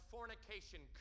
fornication